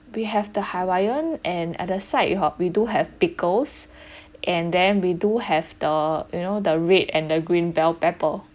we have the hawaiian and at the side hor we do have pickles and then we do have the you know the red and the green bell pepper